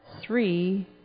three